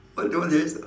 what the what's this